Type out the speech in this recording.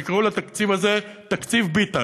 תקראו לתקציב הזה "תקציב ביטן".